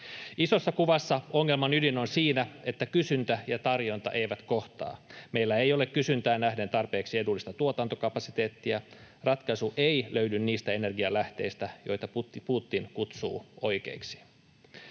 Isossa kuvassa ongelman ydin on siinä, että kysyntä ja tarjonta eivät kohtaa. Meillä ei ole kysyntään nähden tarpeeksi edullista tuotantokapasiteettia. Ratkaisu ei löydy niistä energianlähteistä, joita Putin kutsuu oikeiksi.